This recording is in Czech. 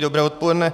Dobré odpoledne.